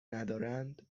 ندارند